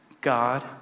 God